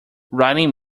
writing